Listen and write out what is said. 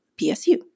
PSU